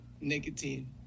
nicotine